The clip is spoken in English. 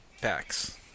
packs